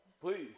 Please